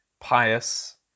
pious